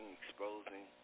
exposing